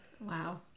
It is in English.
Wow